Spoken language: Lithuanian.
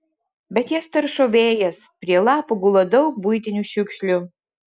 bet jas taršo vėjas prie lapų gula daug buitinių šiukšlių